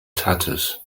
tatters